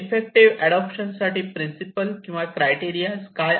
effective adoption साठी principle किंवा criteria काय आहेत